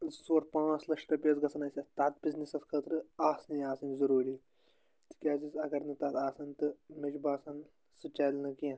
زٕ ژور پانٛژھ لَچھ رۄپیہِ حظ گژھَن اسہِ اَتھ تَتھ بِزنیٚسَس خٲطرٕ آسنٕے آسنۍ ضروٗری تِکیٛازِ حظ اگر نہٕ تَتھ آسان تہٕ مےٚ چھُ باسان سُہ چَلہِ نہٕ کیٚنٛہہ